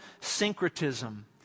Syncretism